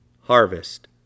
harvest